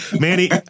manny